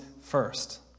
first